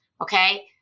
okay